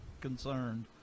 concerned